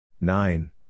nine